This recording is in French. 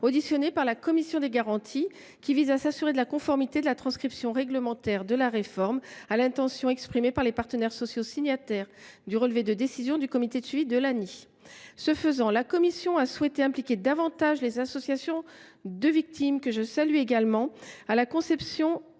an par la commission des garanties. Ainsi, elles pourront s’assurer de la conformité de la transcription réglementaire de la réforme à l’intention exprimée par les partenaires sociaux signataires du relevé de décisions du comité de suivi de l’ANI. Ce faisant, la commission des affaires sociales a souhaité impliquer davantage les associations de victimes, que je salue à mon tour, à la conception